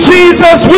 Jesus